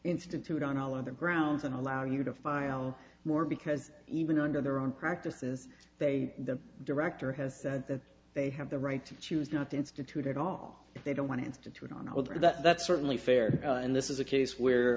institute on all of the grounds and allow you to file more because even under their own practices they the director has said that they have the right to choose not to institute at all they don't want to institute on hold and that's certainly fair and this is a case where